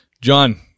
John